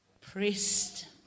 Priest